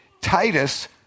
Titus